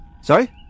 Sorry